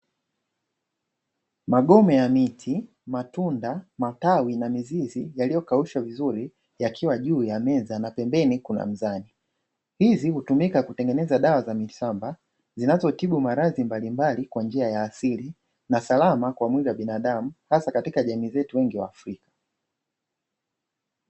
Magome ya miti, matunda, matawi na mizizi; yaliyokaushwa vizuri yakiwa juu ya meza, na pembeni kuna mzani. Hizi hutumika kutengeneza dawa za mitishamba zinazotibu maradhi mbalimbali kwa njia ya asili na salama kwa mwili wa binadamu, hasa katika jamii zetu wengi waafrika.